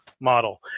model